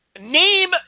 name